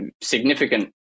significant